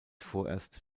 vorerst